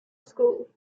school